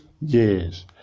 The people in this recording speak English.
years